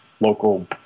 local